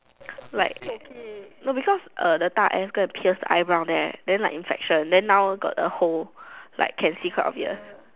like no because uh the 大 S go pierce the eyebrow there then infection then now got hole can see because quite obvious